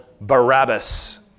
Barabbas